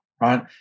Right